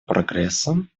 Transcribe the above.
прогрессом